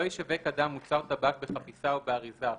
ישווק אדם מוצר טבק בחפיסה או באריזה אחרת,